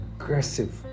aggressive